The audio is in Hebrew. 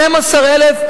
12,000,